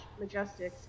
Majestics